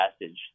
passage